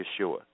Yeshua